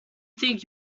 think